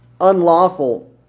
unlawful